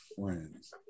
friends